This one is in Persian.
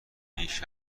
بیش